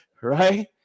right